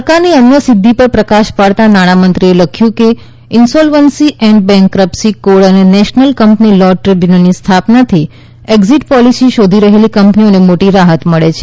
સરકારની અન્ય સિદ્ધિઓ પર પ્રકાશ પાડતાં નાણાંમંત્રીએ લખ્યું કે ઇન્સોલ્વન્સી એન્ડ બેંકરપ્સી કોડ અને નેશનલ કંપની લો ટ્રિબ્યુનલની સ્થાપનાથી એક્ઝિટ પોલિસી શોધી રહેલી કંપનીઓને મોટી રાહત મળે છે